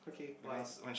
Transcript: okay why